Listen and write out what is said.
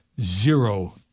zero